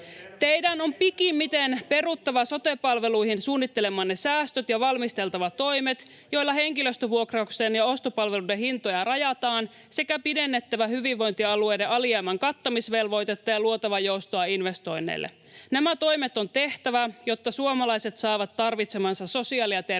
Teidän on pikimmiten peruttava sote-palveluihin suunnittelemanne säästöt ja valmisteltava toimet, joilla henkilöstövuokrauksen ja ostopalveluiden hintoja rajataan, sekä pidennettävä hyvinvointialueiden alijäämän kattamisvelvoitetta ja luotava joustoa investoinneille. Nämä toimet on tehtävä, jotta suomalaiset saavat tarvitsemansa sosiaali- ja terveyspalvelut.